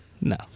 No